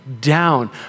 down